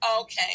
okay